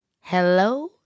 hello